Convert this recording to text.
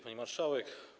Pani Marszałek!